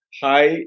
hi